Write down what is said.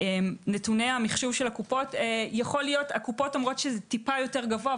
נתוני המחשוב של הקופות הקופות אומרות שזה טיפה יותר גבוה,